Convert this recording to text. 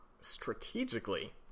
strategically